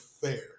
fair